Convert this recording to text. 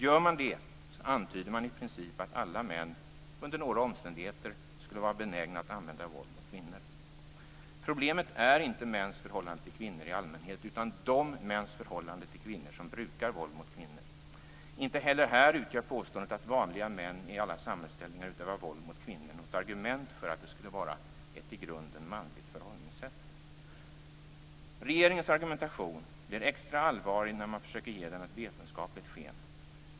Gör man det, så antyder man i princip att alla män under några omständigheter skulle vara benägna att använda våld mot kvinnor. Problemet är inte mäns förhållande till kvinnor i allmänhet utan det förhållande till kvinnor som de män har som brukar våld mot kvinnor. Inte heller här utgör påståendet att "vanliga män" i alla samhällsställningar utövar våld mot kvinnor något argument för att det skulle vara ett i grunden manligt förhållningssätt. Regeringens argumentation blir extra allvarlig när man försöker ge den ett vetenskapligt sken.